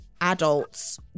adults